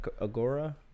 Agora